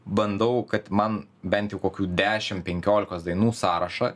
bandau kad man bent jau kokių dešimt penkiolikos dainų sąrašą